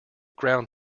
ground